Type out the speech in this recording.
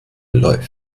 läuft